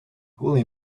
holy